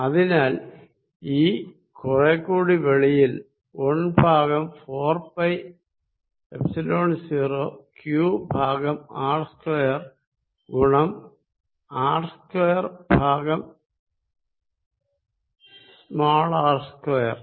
അതിനാൽ E കുറേക്കൂടി വെളിയിൽ 1 ഭാഗം 4 പൈ എപ്സിലോൺ 0 Q ഭാഗം R സ്ക്വയർ ഗുണം R സ്ക്വയർ ഭാഗം r സ്ക്വയർ